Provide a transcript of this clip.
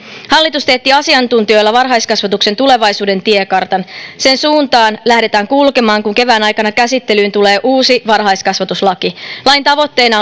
hallitus teetti asiantuntijoilla varhaiskasvatuksen tulevaisuuden tiekartan sen suuntaan lähdetään kulkemaan kun kevään aikana käsittelyyn tulee uusi varhaiskasvatuslaki lain tavoitteena